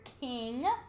king